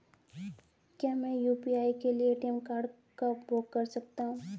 क्या मैं यू.पी.आई के लिए ए.टी.एम कार्ड का उपयोग कर सकता हूँ?